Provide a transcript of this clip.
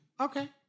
Okay